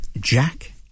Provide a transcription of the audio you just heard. Jack